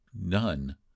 none